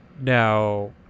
Now